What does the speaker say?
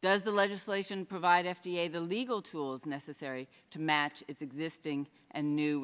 does the legislation provide f d a the legal tools necessary to match its existing and new